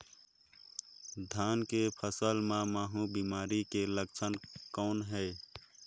धान के फसल मे महू बिमारी के लक्षण कौन हे?